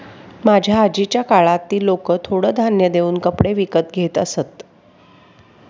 माझ्या आजीच्या काळात ती लोकं थोडं धान्य देऊन कपडे विकत घेत असत